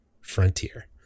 Frontier